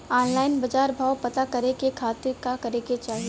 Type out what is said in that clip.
Online बाजार भाव पता करे के खाती का करे के चाही?